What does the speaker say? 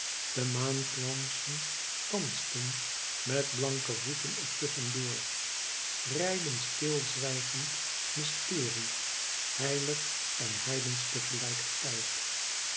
de maanglansen dansten met blanke voeten er tusschen door reiden stilzwijgend mysterie heibg en heidensch